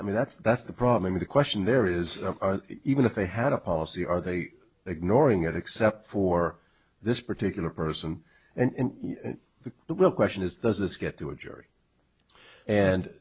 i mean that's that's the problem the question there is even if they had a policy are they ignoring it except for this particular person and the real question is does this get to a jury and